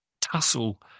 tussle